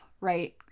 right